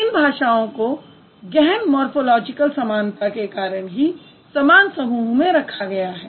इन भाषाओं को गहन मॉर्फोलॉजिकल समानता के कारण ही समान समूह में रखा गया है